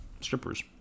strippers